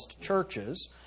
churches